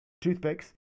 toothpicks